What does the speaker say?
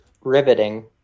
Riveting